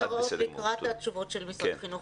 לפני התשובות של משרד החינוך.